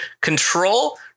Control